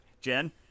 Jen